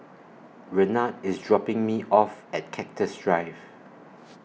Renard IS dropping Me off At Cactus Drive